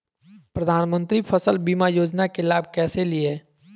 प्रधानमंत्री फसल बीमा योजना के लाभ कैसे लिये?